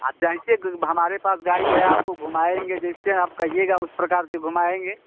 आप जैंसे हमारे पास गाड़ी है आपको घूमाएंगे जैसे आप कहिएगा उस प्रकार से घूमाएंगे